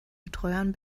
betreuern